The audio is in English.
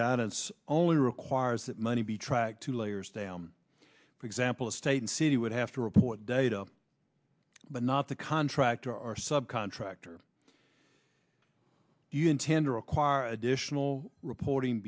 guidance only requires that money be tracked two layers down for example a state and city would have to report data but not the contractor or sub contractor do you intend to require additional reporting